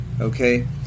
okay